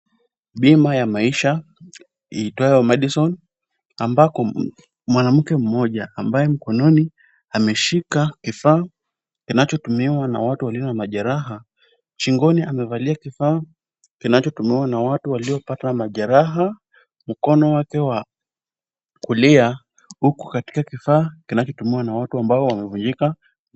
Bima ya maisha, iitwayo Madison ambako mwanamke mmoja, ambaye mkononi ameshika kifaa kinachotumiwa na watu walio na majeraha, shingoni amevalia kifaa kinachotumiwa na watu waliopata majeraha. Mkono wake wa kulia uko katika kifaa kinachotumiwa na watu ambao wamevunjika.